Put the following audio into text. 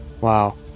Wow